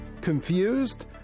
Confused